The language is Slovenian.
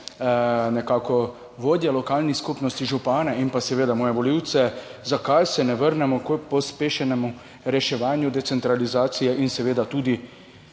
moje vodje lokalnih skupnosti, župane in pa seveda moje volivce: Zakaj se ne vrnemo k pospešenemu reševanju decentralizacije in seveda tudi